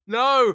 no